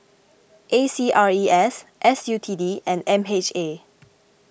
A C R E S S U T D and M H A